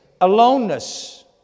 aloneness